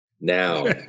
now